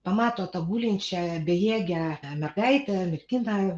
pamato tą gulinčią bejėgę tą mergaitę merginą